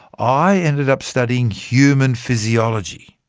i ended up studying human physiology,